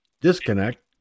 disconnect